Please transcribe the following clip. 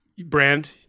Brand